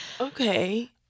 Okay